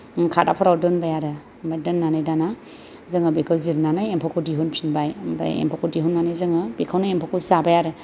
खादाफोराव दोनबाय आरो ओमफाय दोननानै दाना जोङो बेखौ जिरनानै एम्फौखौ दिहुनफिनबाय ओमफ्राय एम्फौखौ दिहुननानै जोङो बेखौनो एम्फौखौ जाबाय आरो